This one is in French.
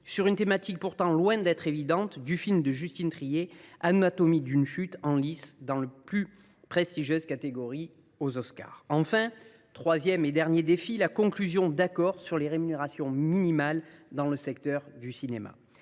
sur une thématique pourtant loin d’être évidente, du film de Justine Triet,, en lice dans les plus prestigieuses catégories aux Oscars. Le troisième et dernier défi est la conclusion d’accords sur les rémunérations minimales dans le secteur du cinéma.